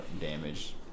damage